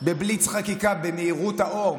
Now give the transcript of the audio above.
בבליץ חקיקה, במהירות האור.